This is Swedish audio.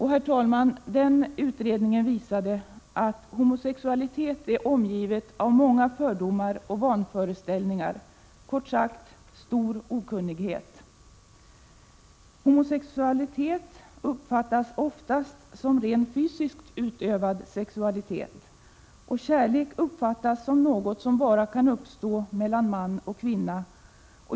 Herr talman, den utredningen visade att homosexualitet är omgivet av många fördomar och vanföreställningar, kort sagt stor okunnighet. Homosexualitet uppfattas oftast som rent fysiskt utövad sexualitet. Kärlek uppfattas som något som bara kan uppstå mellan man och kvinna.